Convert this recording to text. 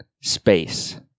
space